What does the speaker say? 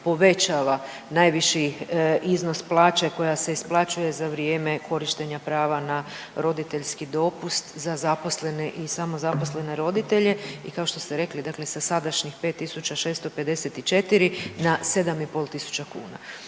povećava najviši iznos plaće koja se isplaćuje za vrijeme korištenja prava na roditeljski dopust za zaposlene i samozaposlene roditelje i kao što ste rekli dakle sa sadašnjih 5.654 na 7.500 kuna.